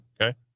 okay